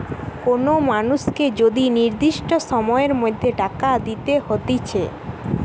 কোন মানুষকে যদি নির্দিষ্ট সময়ের মধ্যে টাকা দিতে হতিছে